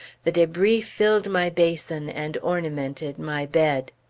the debris filled my basin, and ornamented my bed.